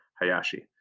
hayashi